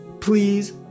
please